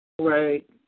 Right